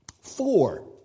Four